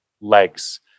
legs